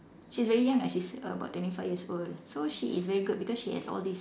she's very young uh she's about twenty five years old so she is very good because she has all these